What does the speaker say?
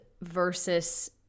versus